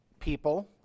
people